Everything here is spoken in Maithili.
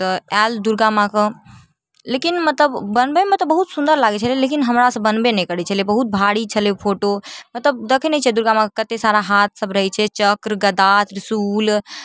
तऽ आएल दुर्गा माँके लेकिन मतलब बनबैमे तऽ बहुत सुन्दर लागै छलै लेकिन हमरासँ बनबे नहि करै छलै बहुत भारी छलै फोटो मतलब देखै नहि छिए दुर्गा माँके कतेक सारा हाथसब रहै छै चक्र गदा त्रिशूल